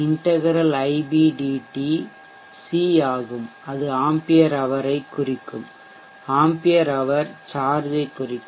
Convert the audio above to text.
integral Ib dt C ஆகும் அது ampere hour ஐ குறிக்கும் ஆம்பியர் ஹவர் சார்ஜ் ஐ குறிக்கும்